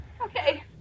Okay